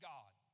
God